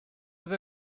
oedd